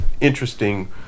interesting